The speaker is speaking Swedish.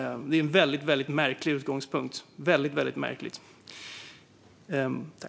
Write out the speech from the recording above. Det är en märklig utgångspunkt att säga att det skulle vara snålt.